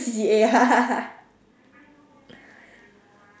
C_C_A